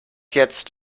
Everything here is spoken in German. jetzt